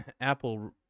Apple